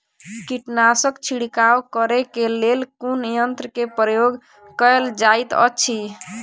कीटनासक छिड़काव करे केँ लेल कुन यंत्र केँ प्रयोग कैल जाइत अछि?